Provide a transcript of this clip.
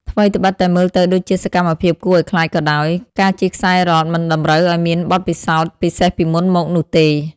ថ្វីត្បិតតែមើលទៅដូចជាសកម្មភាពគួរឱ្យខ្លាចក៏ដោយ ការជិះខ្សែរ៉កមិនតម្រូវឱ្យមានបទពិសោធន៍ពិសេសពីមុនមកនោះទេ។